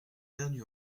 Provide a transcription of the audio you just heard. perdu